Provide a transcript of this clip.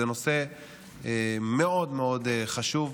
זה נושא מאוד מאוד חשוב,